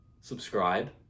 subscribe